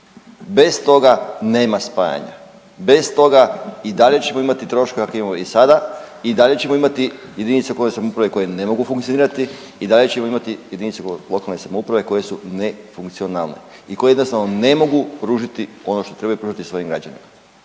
Bez toga nema spajanja, bez toga i dalje ćemo imati troškove kakve imamo i sada i dalje ćemo imati jedinice lokalne samouprave koje ne mogu funkcionirati i dalje ćemo imati jedinice lokalne samouprave koje su nefunkcionalne i koje jednostavno ne mogu pružiti ono što trebaju pružiti svojim građanima.